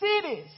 cities